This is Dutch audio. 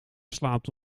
slaapt